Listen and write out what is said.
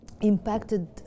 impacted